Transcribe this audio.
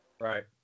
Right